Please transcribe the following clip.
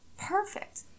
Perfect